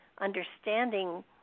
understanding